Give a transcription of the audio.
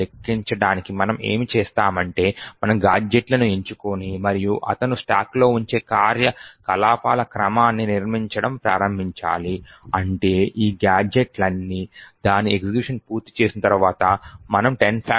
ను లెక్కించడానికి మనం ఏమి చేస్తామంటే మనము గాడ్జెట్లను ఎంచుకుని మరియు అతను స్టాక్లో ఉంచే కార్యకలాపాల క్రమాన్ని నిర్మించడం ప్రారంభించాలి అంటే ఈ గాడ్జెట్లన్నీ దాని ఎగ్జిక్యూషన్ పూర్తి చేసిన తర్వాత మనము 10